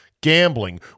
gambling